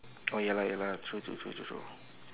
oh ya lah ya lah true true true true